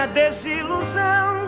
desilusão